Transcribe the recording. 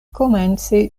komence